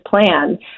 plan